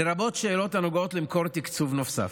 לרבות שאלות הנוגעות למקור תקצוב נוסף.